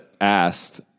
asked